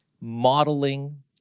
modeling